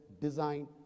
design